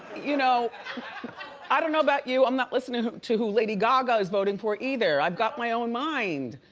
you know i don't know about you, i'm not listening to who lady gaga is voting for either, i've got my own mind.